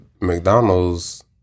McDonald's